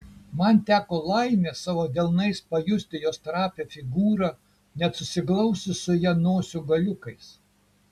man teko laimė savo delnais pajausti jos trapią figūrą net susiglausti su ja nosių galiukais